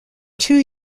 two